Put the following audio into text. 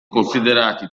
considerati